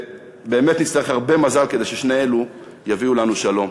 ובאמת נצטרך הרבה מזל כדי ששני אלה יביאו לנו שלום.